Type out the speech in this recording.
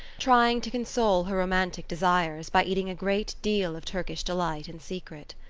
trying to console her romantic desires by eating a great deal of turkish delight in secret.